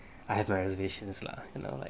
I have my reservations lah now like